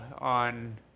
on